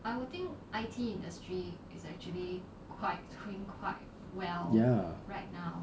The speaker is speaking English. ya